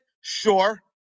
Sure